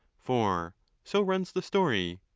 for so runs the story.